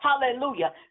hallelujah